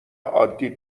عادی